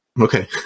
Okay